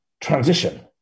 transition